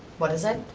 what is it?